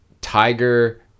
Tiger